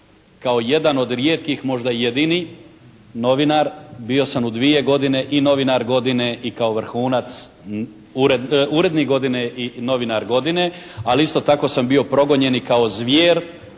kao jedan od rijetkih možda i jedini novinar bio sam u 2 godine i novinar godine i kao vrhunac, urednik godine i novinar godine. Ali isto tako sam bio progonjen i kao zvijer